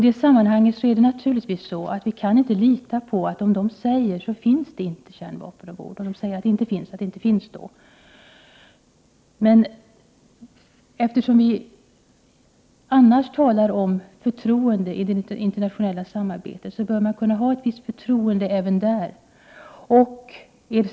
Vi kan naturligtvis inte lita på att det inte finns kärnvapen ombord, även om besättningen säger att den inte har det. Eftersom vi i andra fall talar om förtroende i det internationella samarbetet, bör man kunna ha ett visst förtroende även på det området.